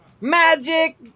Magic